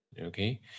Okay